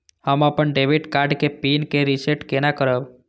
हम अपन debit card के पिन के रीसेट केना करब?